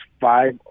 five